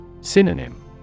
Synonym